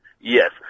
Yes